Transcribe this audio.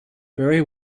very